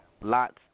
lots